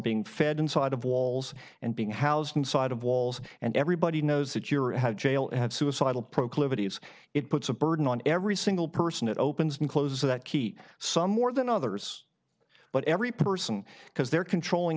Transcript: being fed inside of walls and being housed inside of walls and everybody knows that you're a had jail and suicidal proclivities it puts a burden on every single person it opens and closes that keep some more than others but every person because they're controlling